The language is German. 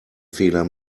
fehler